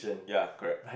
ya correct